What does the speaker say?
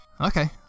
Okay